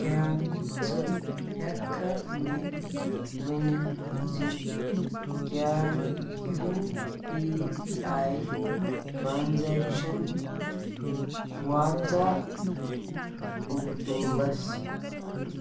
کیٛاہ ژٕ ہیٚکٕکھا مےٚ ؤنِتھ زِ کیٛاہ یو پی آٮٔی ٹرٛانٛزیکشن واژاہ عبدُلَس